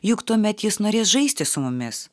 juk tuomet jis norės žaisti su mumis